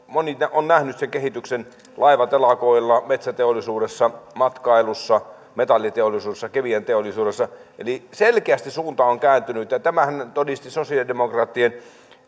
moni on nähnyt sen kehityksen laivatelakoilla metsäteollisuudessa matkailussa metalliteollisuudessa kemianteollisuudessa eli selkeästi suunta on kääntynyt tämänhän todisti sosialidemokraattien